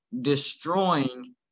destroying